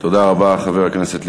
תודה רבה, חבר הכנסת ליצמן.